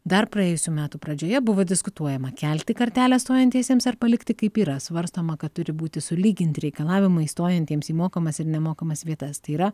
dar praėjusių metų pradžioje buvo diskutuojama kelti kartelę stojantiesiems ar palikti kaip yra svarstoma kad turi būti sulyginti reikalavimai stojantiems į mokamas ir nemokamas vietas tai yra